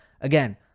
again